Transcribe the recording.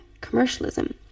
commercialism